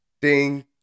ding